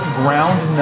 ground